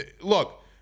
Look